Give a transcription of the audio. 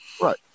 Right